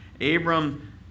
Abram